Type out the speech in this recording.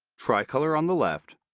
tri-color on the left.